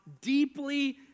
deeply